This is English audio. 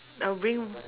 I will bring